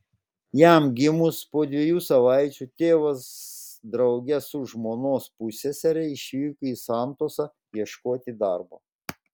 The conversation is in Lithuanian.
jam gimus po dviejų savaičių tėvas drauge su žmonos pussesere išvyko į santosą ieškoti darbo